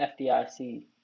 FDIC